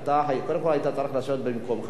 היית צריך לשבת במקומך כדי להצביע.